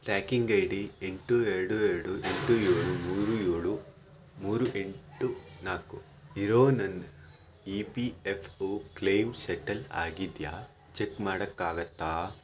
tracking I D ಎಂಟು ಎರಡು ಎರಡು ಎಂಟು ಏಳು ಮೂರು ಏಳು ಮೂರು ಎಂಟು ನಾಲ್ಕು ಇರೋ ನನ್ನ E P F O claim settle ಆಗಿದೆಯಾ ಚೆಕ್ ಮಾಡೋಕ್ಕಾಗತ್ತಾ